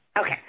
Okay